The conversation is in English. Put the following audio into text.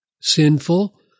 sinful